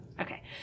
Okay